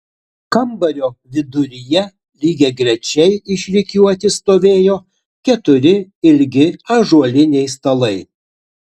kambario viduryje lygiagrečiai išrikiuoti stovėjo keturi ilgi ąžuoliniai stalai